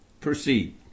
Proceed